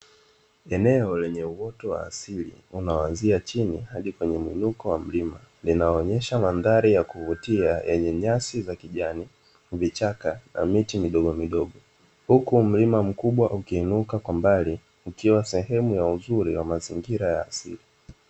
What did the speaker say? Eneo lenye uoto wa asili unaoanzia chini hadi kwenye mwinuko wa mlima, linaonyesha mandhari ya kuvutia yenye nyasi za kijani, vichaka na miti midogo midogo, huku mlima mkubwa ukiinuka kwa mbali ukiwa sehemu ya uzuri wa mazingira ya asili.